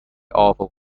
awful